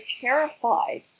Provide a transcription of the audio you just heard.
terrified